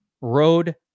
road